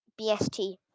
BST